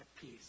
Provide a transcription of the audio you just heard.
peace